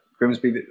Grimsby